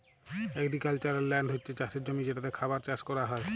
agricultural land হচ্ছে চাষের জমি যেটাতে খাবার চাষ কোরা হয়